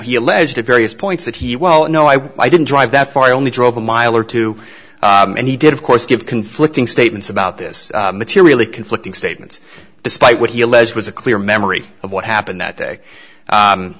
he alleged at various points that he well no i didn't drive that far i only drove a mile or two and he did of course give conflicting statements about this materially conflicting statements despite what he alleged was a clear memory of what happened that day